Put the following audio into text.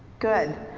good.